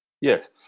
Yes